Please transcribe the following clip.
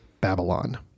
Babylon